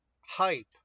hype